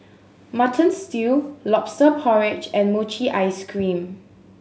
Mutton Stew Lobster Porridge and mochi ice cream